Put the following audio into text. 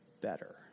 better